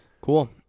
cool